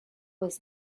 was